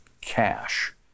cash